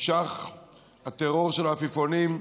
נמשך הטרור של העפיפונים,